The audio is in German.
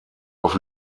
auf